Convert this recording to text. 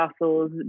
muscles